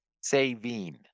saving